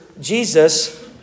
Jesus